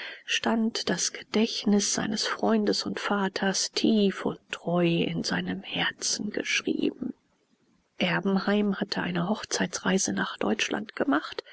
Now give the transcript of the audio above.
stand das gedächtnis seines freundes und vaters tief und treu in seinem herzen geschrieben erbenheim hatte eine hochzeitsreise nach deutschland gemacht